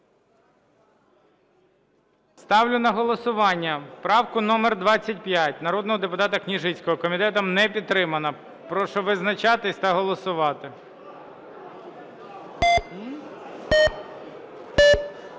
Ставлю на голосування правку номер 25 народного депутата Княжицького. Комітетом не підтримана. Прошу визначатись та голосувати.